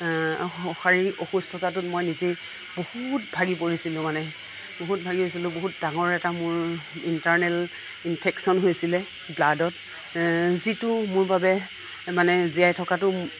শাৰীৰিক অসুস্থতাটোত মই নিজেই বহুত ভাগি পৰিছিলোঁ মানে বহুত ভাগিছিলোঁ বহুত ডাঙৰ এটা মোৰ ইণ্টাৰনেল ইনফেকচন হৈছিলে ব্লাডত যিটো মোৰ বাবে মানে জীয়াই থকাতো